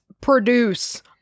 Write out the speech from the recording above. produce